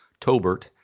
Tobert